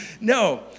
no